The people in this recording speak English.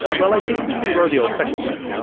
well i guess we can grow the old fashioned way.